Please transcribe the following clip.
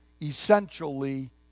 essentially